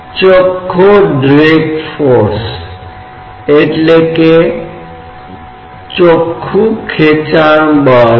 तो bx निकाय बल बॉडी फोर्सbody force है जो x के साथ प्रति यूनिट मास में कार्य कर रहा है